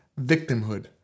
victimhood